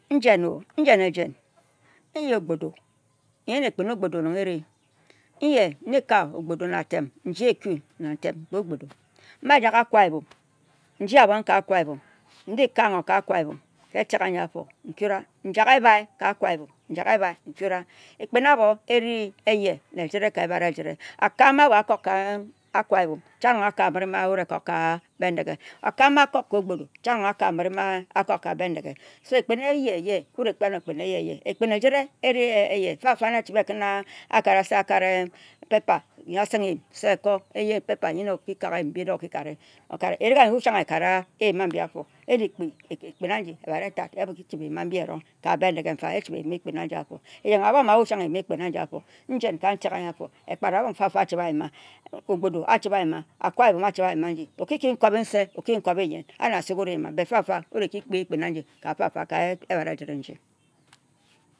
Nnjen-o, njen ejen, nyen ogbodu, nyen ekpin ogbodu nong eri nyeh, nji yen nong ekpin ogbodo erie. Nji ekui na-atem nji ka-ka. Ogbodo, mba-jak Awka-Ibom nji ka-ka Akwa-Ibom ka etek a-nyi afo, nkura, njak ebhi, nkura, njak ebhi nkura. Ekpin a-bor, eri e-yeh na-ejire. Akae ma-ahbo a-kok ka Akwa-Ibom, chang nong akae mawut ekok ka Bendeghe. Akae ma akok ka ogbodo, chang nong akae ma-akok ka Bendeghe. So, ekpin eyeh-yeh na ejirie, fam-fa na se acheb a-kanna paper a-sengha eyim, se ko, en-eyim mbi, enyim bi na oki kare. Arik anji, wut chang e-kara paper erik an-ji wut chang eka ra eyim-ambi afo ano. Fam-fa, wut eji kpi eyim ambi, ndangha mba, wut chang ekara eyim-ambi ka Bindeghe-mfa. Ndangha mba wut chang eyima eyim a-mbi. Ka eji kpi-mbi ehbat etat, echibe ayim-mbi ka Bendeghe. fam-fa, echibe eyim-embi, Akparabong achibe ayima e mbi fan-erong. Ogbodo, achibe ayima, Akwa Ibom, achibe ayim fan-erong oki-ki nkob nse oki-nkob nyen. Ka-mfam fa wut ekpi ekpin-anji, oki ki nkobi-nyen, oki nkobinse.